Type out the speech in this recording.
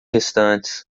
restantes